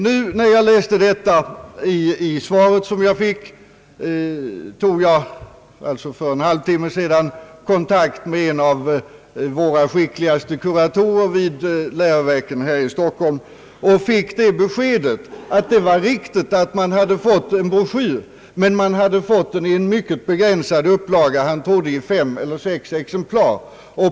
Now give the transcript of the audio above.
För en halvtimme sedan, efter att ha läst svaret, tog jag kontakt med en av våra skickligaste kuratorer vid läroverken här i Stockholm och fick det beskedet, att det var riktigt att man hade fått en broschyr, men man hade fått den i en mycket begränsad upplaga. Han trodde att det var i fem eller sex exemplar.